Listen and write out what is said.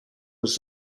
was